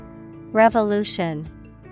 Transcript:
revolution